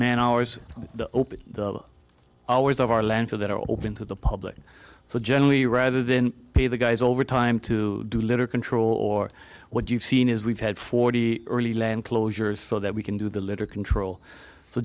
man hours the open always of our lanfear that are open to the public so generally rather than pay the guys over time to do litter control or what you've seen is we've had forty early land closures so that we can do the litter control so